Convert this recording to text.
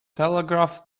telegraph